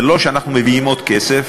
זה לא שאנחנו מביאים עוד כסף.